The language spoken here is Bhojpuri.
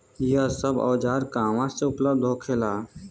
यह सब औजार कहवा से उपलब्ध होखेला?